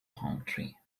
boundary